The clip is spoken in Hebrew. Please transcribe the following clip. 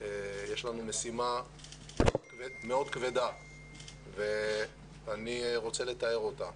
יש לנו משימה מאוד כבדה ואני רוצה לתאר אותה.